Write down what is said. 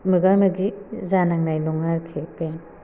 मोगा मोगि जानांनाय नङा आरोखि